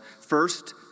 first